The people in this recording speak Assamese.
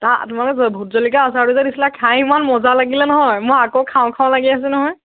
তোমালোকে ভোট জলকীয়াৰ আচাৰটো যে দিছিলা খাই ইমান মজা লাগিলে নহয় মই আকৌ খাওঁ খাওঁ লাগি আছে নহয়